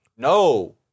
No